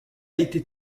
été